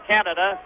Canada